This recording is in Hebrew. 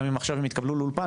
גם אם עכשיו הם יתקבלו לאולפן,